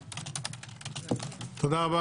תודה.